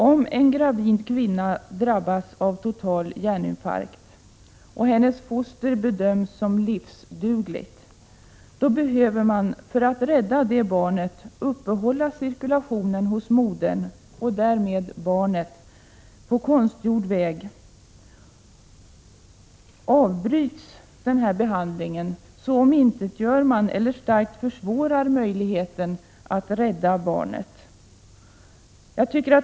Om en gravid kvinna drabbas av total hjärninfarkt och hennes foster bedöms livsdugligt behöver man, för att rädda det barnet, uppehålla cirkulationen hos modern och därmed hos barnet på konstgjord väg. Avbryts behandlingen omintetgörs eller starkt försvåras möjligheten att rädda barnet.